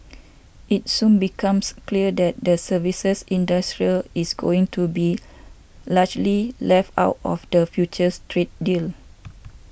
it soon becomes clear that the services industry is going to be largely left out of the future trade deal